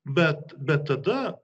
bet bet tada